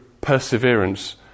perseverance